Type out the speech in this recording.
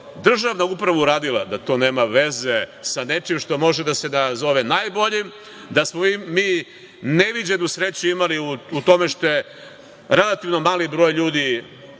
državna uprava uradila, da to nema veze sa nečim što može da se nazove najboljim, da smo mi neviđenu sreću imali u tome što je relativno mali broj ljudi preminuo.